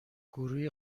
گروه